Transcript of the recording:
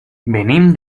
venim